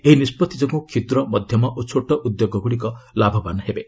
ଏହି ନିଷ୍ପଭି ଯୋଗୁଁ କ୍ଷୁଦ୍ର ମଧ୍ୟମ ଓ ଛୋଟ ଉଦ୍ୟୋଗଗୁଡ଼ିକ ଲାଭବାନ ହେବେ